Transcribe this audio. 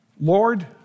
Lord